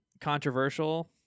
controversial